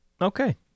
Okay